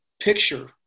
picture